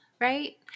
right